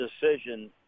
decision